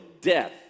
death